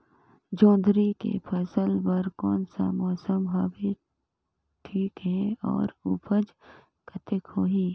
जोंदरी के फसल बर कोन सा मौसम हवे ठीक हे अउर ऊपज कतेक होही?